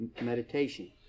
meditation